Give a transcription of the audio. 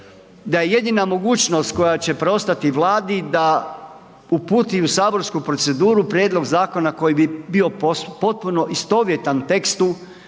da je jedina mogućnost koja će preostati Vladi da uputi u saborsku proceduru prijedlog zakona koji bi bio potpuno istovjetan tekstu